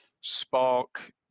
spark